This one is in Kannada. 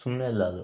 ಸುಮ್ಮನೆ ಅಲ್ಲ ಅದು